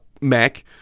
Mac